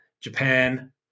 Japan